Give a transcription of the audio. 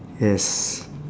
yes